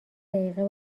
دقیقه